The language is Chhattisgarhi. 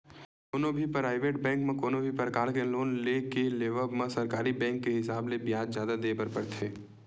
कोनो भी पराइवेट बैंक म कोनो भी परकार के लोन के लेवब म सरकारी बेंक के हिसाब ले बियाज जादा देय बर परथे